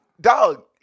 Dog